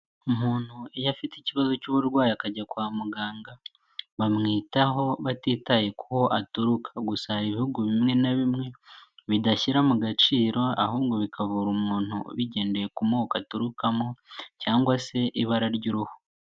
Umuntu iyo afite ikibazo cy'uburwayi akajya kwa muganga, bamwitaho batitaye ku ho aturuka. Gusa hari ibihugu bimwe na bimwe, bidashyira mu gaciro ahubwo bikavura umuntu bigendeye ku moko aturukamo cyangwa se ibara ry'uruhu.